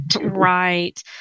right